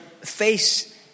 face